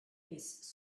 his